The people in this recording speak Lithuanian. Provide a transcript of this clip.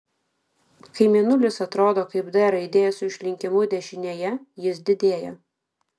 kai mėnulis atrodo kaip d raidė su išlinkimu dešinėje jis didėja